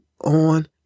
on